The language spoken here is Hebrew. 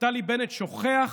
נפתלי בנט שוכח